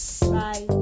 Bye